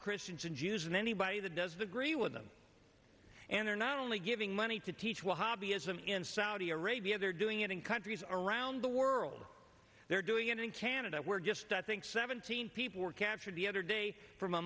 christians and jews and anybody that does the gri with them and they're not only giving money to teach one hobby islam in saudi arabia they're doing it in countries around the world they're doing it in canada where just i think seventeen people were captured the other day from a